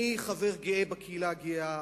אני חבר גאה בקהילה הגאה.